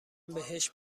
بهش